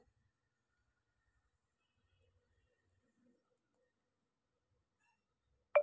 ఎనభైల నుంచే పెద్దఎత్తున ఆర్థికసేవలను ఆఫ్షోర్ బ్యేంకులు ఆర్థిక కేంద్రాలుగా సూచించవచ్చు